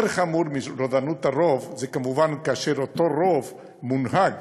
יותר חמור מרודנות הרוב זה כמובן כאשר אותו רוב מונהג